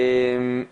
אנחנו